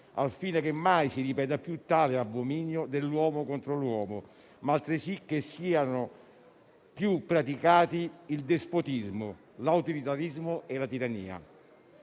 al fine che mai più si ripeta tale abominio dell'uomo contro l'uomo, e, altresì, che mai più siano praticati il dispotismo, l'autoritarismo e la tirannia.